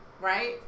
Right